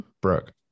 brooke